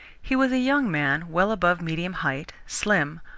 he was a young man well above medium height, slim,